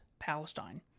Palestine